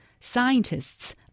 scientists